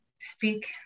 speak